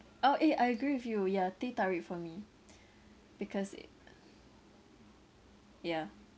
oh eh I agree with you ya teh tarik for me because it ya